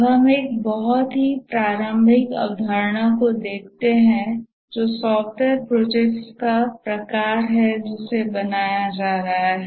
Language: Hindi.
अब हम एक और बहुत ही प्रारंभिक अवधारणा को देखते हैं जो सॉफ्टवेयर प्रोजेक्ट्स का प्रकार है जिसे बनाया जा रहा है